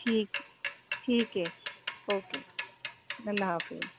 ٹھیک ٹھیک ہے اوکے اللہ حافظ